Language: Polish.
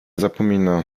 zapomina